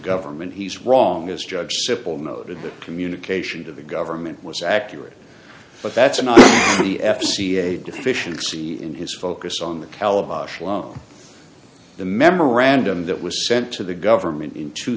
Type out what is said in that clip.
government he's wrong as judge simple noted that communication to the government was accurate but that's not the f c a deficiency in his focus on the caliber of the memorandum that was sent to the government in two